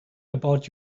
about